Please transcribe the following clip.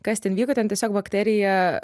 kas ten vyko ten tiesiog bakteriją